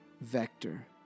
Vector